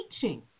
teaching